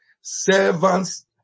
servants